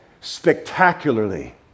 spectacularly